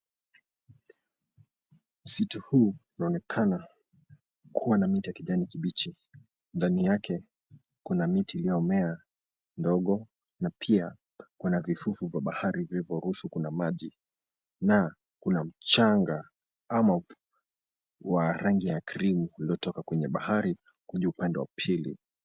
Msitu huu unaonekana kuwa na majani ya kijani kibichi, kando yake kuna miti iliyomea ndogo, pia kuna vifufu vya bahari vipo na unamchanga wa rangi ya cream uliotoka kwenye bahari kuja upande wa pili.